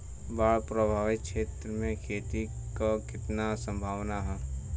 बाढ़ प्रभावित क्षेत्र में खेती क कितना सम्भावना हैं?